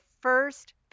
first